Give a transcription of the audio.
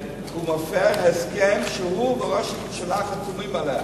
שהוא מפר הסכם שהוא וראש הממשלה חתומים עליו.